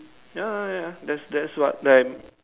ya ya ya that's that's what them